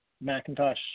Macintosh